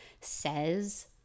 says